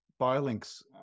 BioLink's